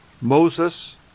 Moses